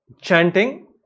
chanting